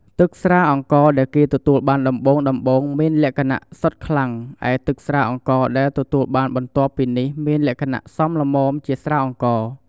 ទឹកស្រាអង្ករដែលគេទទួលបានដំបូងៗមានលក្ខណៈសុទ្ធខ្លាំង ឯទឹកស្រាអង្ករដែលទទួលបានបន្ទាប់ពីនេះមានលក្ខណៈសមល្មមជាស្រាអង្ករ។